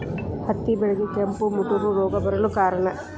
ಹತ್ತಿ ಬೆಳೆಗೆ ಕೆಂಪು ಮುಟೂರು ರೋಗ ಬರಲು ಕಾರಣ?